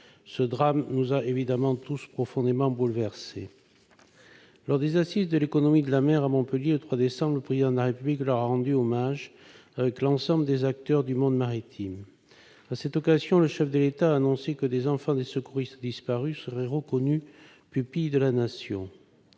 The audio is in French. Ce drame nous a évidemment tous profondément bouleversés. Lors des Assises de l'économie de la mer qui se sont tenues à Montpellier le 3 décembre dernier, le Président de la République leur a rendu hommage avec l'ensemble des acteurs du monde maritime. À cette occasion, il a annoncé que les enfants des secouristes disparus seraient reconnus pupilles de la Nation.